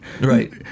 Right